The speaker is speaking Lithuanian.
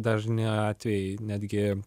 dažni atvejai netgi